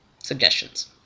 suggestions